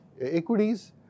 equities